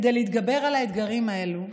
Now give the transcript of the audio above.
כדי להתגבר על האתגרים האלה,